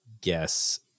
guess